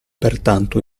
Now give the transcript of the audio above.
pertanto